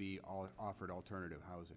be offered alternative housing